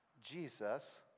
Jesus